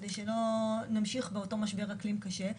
על מנת שלא נמשיך באותו משבר אקלים קשה.